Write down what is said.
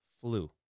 flu